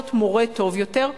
להיות מורה טוב יותר,